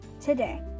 today